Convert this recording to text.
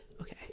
Okay